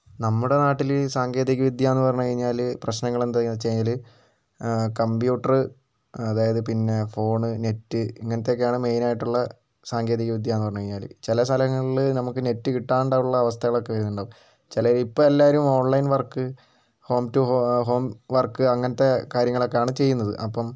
നമ്മുടെ നാട്ടിൽ സാങ്കേതിക വിദ്യയെന്ന് പറഞ്ഞുകഴിഞ്ഞാൽ പ്രശ്നങ്ങളെന്താണെന്ന് വെച്ചുകഴിഞ്ഞാൽ കമ്പ്യൂട്ടർ അതായത് പിന്നെ ഫോൺ നെറ്റ് ഇങ്ങനത്തെയൊക്കെയാണ് മെയിനായിട്ടുള്ള സാങ്കേതിക വിദ്യായെന്നു പറഞ്ഞുകഴിഞ്ഞാൽ ചില സ്ഥലങ്ങളിൽ നമ്മൾക്ക് നെറ്റ് കിട്ടാണ്ടുള്ള അവസ്ഥകളൊക്കെ വരുന്നുണ്ടാകും ചിലവർ ഇപ്പം എല്ലാവരും online work home to home work അങ്ങനത്തെ കാര്യങ്ങളൊക്കെയാണ് ചെയ്യുന്നത് അപ്പം